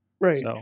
Right